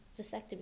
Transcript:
vasectomy